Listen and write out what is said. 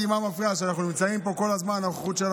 סוף-סוף יש מפלגה שעובדת למען כלל האזרחים.